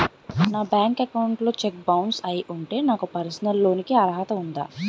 నా bank account లో cheque bounce అయ్యి ఉంటే నాకు పర్సనల్ లోన్ కీ అర్హత ఉందా?